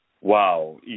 Wow